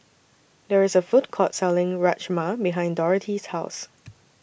There IS A Food Court Selling Rajma behind Dorothy's House